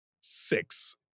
six